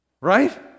Right